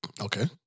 Okay